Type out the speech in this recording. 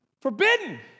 forbidden